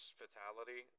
fatality